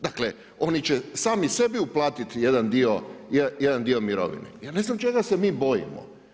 Dakle, oni će sami sebi uplatiti jedan dio mirovine, ja ne znam čega se mi bojimo.